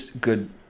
good